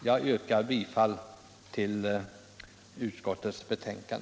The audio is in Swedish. Jag yrkar bifall till utskottets hemställan.